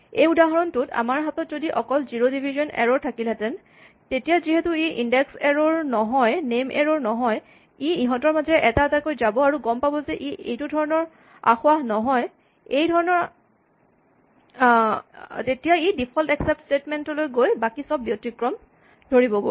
এই উদাহৰণটোত আমাৰ হাতত যদি অকল জিৰ' ডিভিজন এৰ'ৰ থাকিলহেতেঁন তেতিয়া যিহেতু ই ইনডেক্স এৰ'ৰ নহয় নেম এৰ'ৰ নহয় ই ইহঁতৰ মাজেৰে এটা এটাকৈ যাব আৰু গম পাব যে ই এইটো ধৰণৰ আসোঁৱাহ নহয় এইটো ধৰণৰ আসোঁৱাহ নহয় তেতিয়া ই ডিফল্ট এক্সচেপ্ট স্টেটমেন্ট লৈ গৈ বাকী চব ব্যতিক্ৰম ধৰিবগৈ